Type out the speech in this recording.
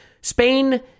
Spain